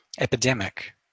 Epidemic